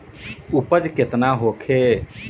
उपज केतना होखे?